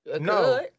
No